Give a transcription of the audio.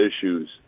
issues